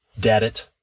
Dadit